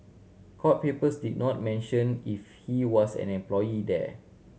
court papers did not mention if he was an employee there